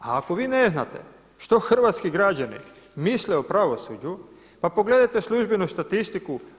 A ako vi ne znate što hrvatski građani misle o pravosuđu pa pogledajte službenu statistiku.